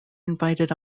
invited